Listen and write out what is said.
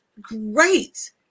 great